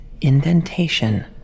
indentation